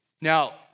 Now